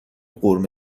قرمه